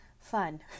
fun